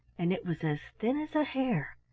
and it was as thin as a hair,